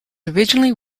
originally